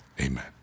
Amen